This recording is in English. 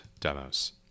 demos